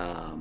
doubt